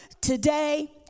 today